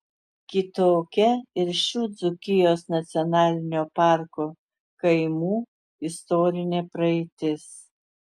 kitokia ir šių dzūkijos nacionalinio parko kaimų istorinė praeitis